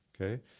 Okay